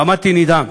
עמדתי נדהם.